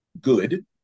good